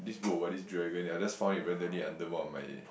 this book about this dragon I just found it randomly under one of my